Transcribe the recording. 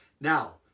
Now